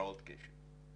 הפרעות קשב.